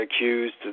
accused